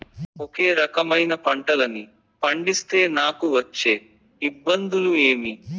ఒకే రకమైన పంటలని పండిస్తే నాకు వచ్చే ఇబ్బందులు ఏమి?